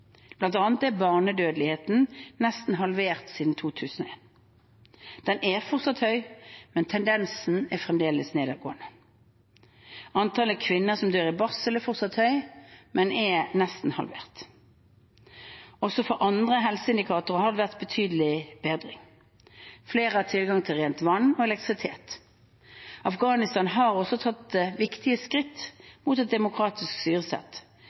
er barnedødeligheten nesten halvert siden 2001. Den er fortsatt høy, men tendensen er fremdeles nedadgående. Antallet kvinner som dør i barsel, er også fortsatt høyt, men er nesten halvert. Også for andre helseindikatorer har det vært betydelig bedring. Flere har tilgang til rent vann og elektrisitet. Afghanistan har også tatt viktige skritt mot et demokratisk